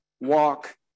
walk